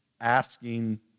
asking